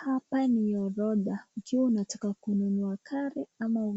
Hapa ni orodha, ikiwa unataka kununua gari ama